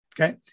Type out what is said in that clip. okay